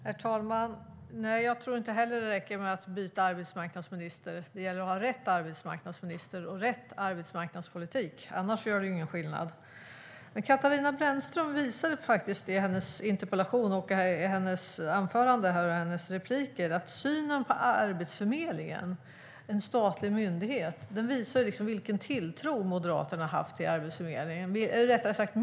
Herr talman! Jag tror inte heller att det räcker med att byta arbetsmarknadsminister. Det gäller att ha rätt arbetsmarknadsminister och rätt arbetsmarknadspolitik, annars gör det ju ingen skillnad. Katarina Brännström visar i sin interpellation och i sina inlägg vilken tilltro eller rättare sagt misstro Moderaterna har haft när det gäller Arbetsförmedlingen, en statlig myndighet.